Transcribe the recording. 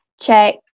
check